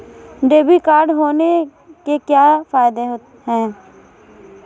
Debit card होने के क्या फायदे हैं?